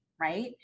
right